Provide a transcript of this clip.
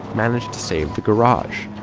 managed to save the garage,